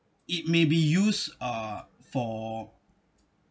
it may be used uh for